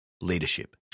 leadership